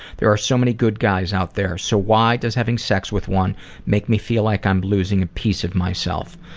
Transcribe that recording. there are so many good guys out there so why does having sex with one make me feel like i'm losing a piece of myself.